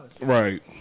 Right